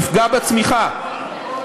יפגע בצמיחה.